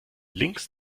links